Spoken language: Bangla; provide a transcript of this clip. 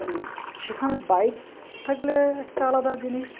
তো সেখানে বাইক থাকলে একটা আলাদা জিনিস